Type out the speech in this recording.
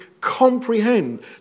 comprehend